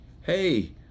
Hey